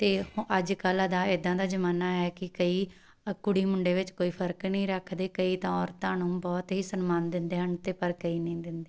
ਅਤੇ ਹੁ ਅੱਜ ਕੱਲ੍ਹ ਦਾ ਇੱਦਾਂ ਦਾ ਜ਼ਮਾਨਾ ਹੈ ਕਿ ਕਈ ਕੁੜੀ ਮੁੰਡੇ ਵਿੱਚ ਕੋਈ ਫਰਕ ਨਹੀਂ ਰੱਖਦੇ ਕਈ ਤਾਂ ਔਰਤਾਂ ਨੂੰ ਬਹੁਤ ਹੀ ਸਨਮਾਨ ਦਿੰਦੇ ਹਨ ਅਤੇ ਪਰ ਕਈ ਨਹੀਂ ਦਿੰਦੇ